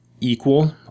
equal